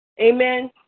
Amen